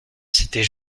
c’était